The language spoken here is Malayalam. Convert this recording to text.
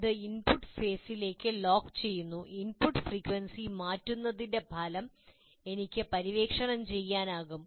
ഇത് ഇൻപുട്ട് ഫേസിലേക്ക് ലോക്കുചെയ്യുന്നു ഇൻപുട്ട് ഫ്രീക്വൻസി മാറ്റുന്നതിന്റെ ഫലം എനിക്ക് പര്യവേക്ഷണം ചെയ്യാനാകും